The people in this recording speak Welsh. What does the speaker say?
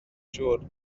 siŵr